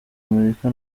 amerika